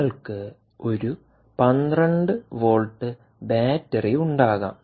നിങ്ങൾക്ക് ഒരു 12 ബാറ്ററി batteryയുണ്ടാകാം